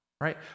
right